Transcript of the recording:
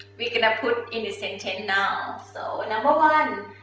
we're gonna put in the sentence now, so, number one.